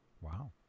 Wow